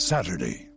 Saturday